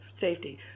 safety